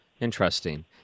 Interesting